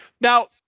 Now